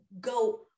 go